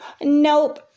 Nope